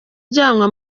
ujyanwa